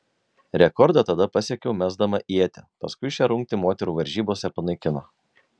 rekordą tada pasiekiau mesdama ietį paskui šią rungtį moterų varžybose panaikino